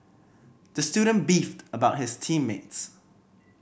the student beefed about his team mates